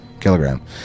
Kilogram